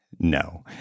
no